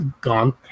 gone